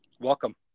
Welcome